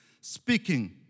speaking